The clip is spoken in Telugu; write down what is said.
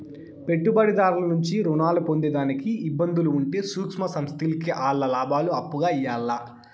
పెట్టుబడిదారుల నుంచి రుణాలు పొందేదానికి ఇబ్బందులు ఉంటే సూక్ష్మ సంస్థల్కి ఆల్ల లాబాలు అప్పుగా ఇయ్యాల్ల